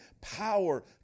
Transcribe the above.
power